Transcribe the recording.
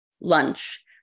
Lunch